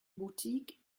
boutique